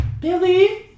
Billy